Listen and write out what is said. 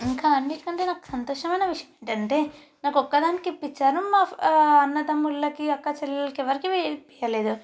ఇంకా అన్నింటి కంటే నాకు సంతోషమైన విషయం ఏంటి అంటే నాకు ఒక్కదానికి ఇప్పించారు మా అన్నతమ్ముళ్ళకి అక్కచెల్లెళ్ళకి ఎవరికీ ఇప్పించ లేదు